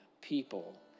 people